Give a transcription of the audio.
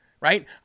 right